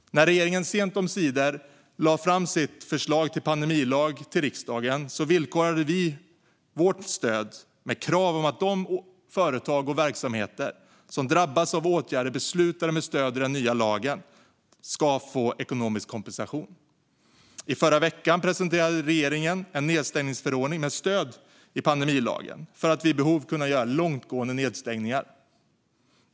När regeringen sent omsider lade fram sitt förslag till pandemilag till riksdagen villkorade vi vårt stöd med krav om att de företag och verksamheter som drabbas av åtgärder beslutade med stöd av den nya lagen skulle få ekonomisk kompensation. I förra veckan presenterade regeringen en nedstängningsförordning med stöd i pandemilagen för att vid behov kunna göra långtgående nedstängningar.